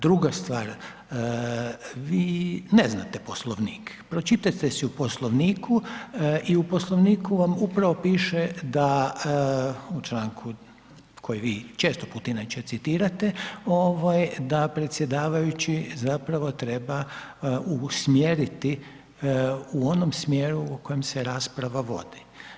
Druga stvar, vi ne znate Poslovnik, pročitajte si u Poslovniku i u Poslovniku vam upravo piše da, u članku koji vi često put inače citirate, da predsjedavajući zapravo treba usmjeriti u onom smjeru u kojem se rasprava vodi.